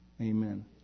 Amen